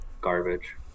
garbage